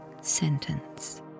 sentence